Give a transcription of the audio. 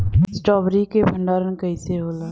Strawberry के भंडारन कइसे होला?